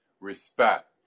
respect